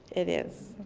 it is.